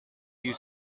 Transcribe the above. you